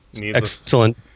Excellent